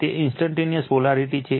તે instantaneous polarity છે